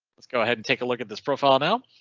let's go ahead and take a look at this profile. now.